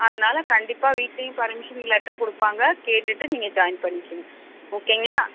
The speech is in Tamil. அதனால் கண்டிப்பாக வீட்டிலயும் பர்மிஷன் லெட்ரு கொடுப்பாங்க கேட்டுட்டு நீங்கள் ஜாயின் பண்ணிக்கோங்க ஓகேங்களா